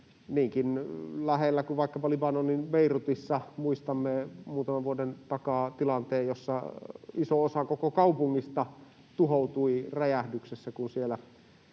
Niinkin lähellä kuin vaikkapa Libanonin Beirutissa muistamme muutaman vuoden takaa tilanteen, jossa iso osa koko kaupungista tuhoutui räjähdyksessä, kun siellä,